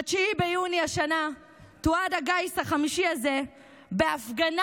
ב-9 ביוני השנה תועד הגיס החמישי הזה בהפגנה